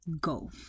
go